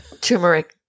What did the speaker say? turmeric